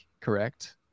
Correct